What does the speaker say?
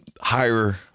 higher